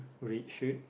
red shirt